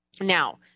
Now